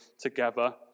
together